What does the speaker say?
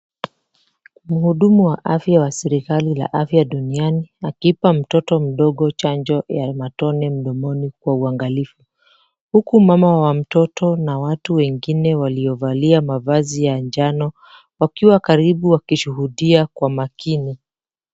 Mhudumu wa afya wa serikali la afya duniani akipa mtoto mdogo chanjo ya matone mdomoni kwa uangalifu huku mama wa mtoto na watu wengine waliovalia mavazi ya njano wakiwa karibu wakishuhudia kwa makini.